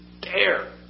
dare